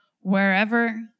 wherever